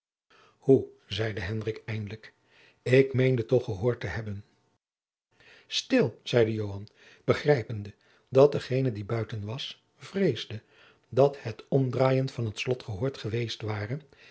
hoe zeide hendrik eindelijk ik meende toch gehoord te hebben stil zeide joan begrijpende dat degene die buiten was vreesde dat het omdraaien van t slot gehoord geweest ware